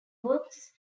works